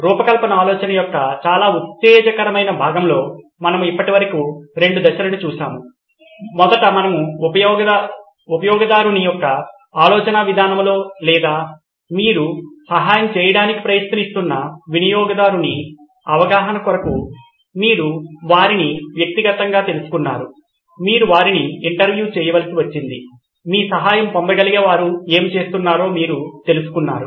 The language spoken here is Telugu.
రూపకల్పన ఆలోచన యొక్క చాలా ఉత్తేజకరమైన భాగంలొ మనము ఇప్పటివరకు రెండు దశలను చూశాము మొదట మనము ఉపయొగదారుని యొక్క ఆలొచన విధానములొ లేదా మీరు సహాయం చేయడానికి ప్రయత్నిస్తున్న వినియోగదారుని అవగాహన కొరకు మీరు వారిని వ్యక్తిగతంగా తెలుసుకున్నారు మీరు వారిని ఇంటర్వ్యూ చేయవలసి వచ్చింది మీ సహాయం పొందగలిగే వారు ఏమి చేస్తున్నారో మీరు తెలుసుకున్నారు